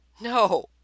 No